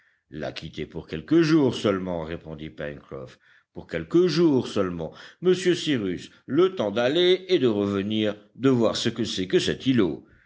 la quitter pour quelques jours seulement répondit pencroff pour quelques jours seulement monsieur cyrus le temps d'aller et de revenir de voir ce que c'est que cet îlot